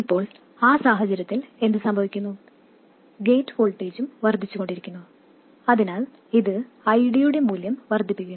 ഇപ്പോൾ ആ സാഹചര്യത്തിൽ എന്ത് സംഭവിക്കുന്നു ഗേറ്റ് വോൾട്ടേജും വർദ്ധിച്ചുകൊണ്ടിരിക്കുന്നു അതിനാൽ ഇത് ID യുടെ മൂല്യം വർദ്ധിപ്പിക്കുന്നു